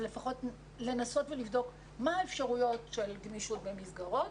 לפחות לנסות ולבדוק מה האפשרויות של גמישות במסגרות.